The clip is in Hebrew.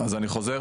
אז אני חוזר.